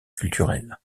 culturel